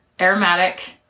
aromatic